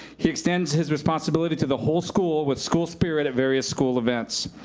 he extends his responsibility to the whole school with school spirit at various school events.